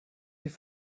die